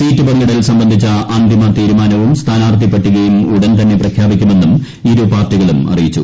seat പങ്കിടൽ സ്റ്റ്ബന്ധിച്ച അന്തിമതീരുമാനവും സ്ഥാനാർത്ഥി പട്ടികയും ഉടൻ തന്നെ പ്രഖ്യാ്പിക്കുമെന്നും ഇരുപാർട്ടികളും അറിയിച്ചു